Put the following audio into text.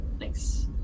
Thanks